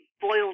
boiled